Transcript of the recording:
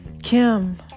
Kim